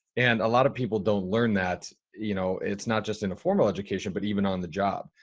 and a lot of people don't learn that, you know, it's not just in a formal education, but even on the job,